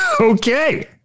Okay